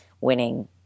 winning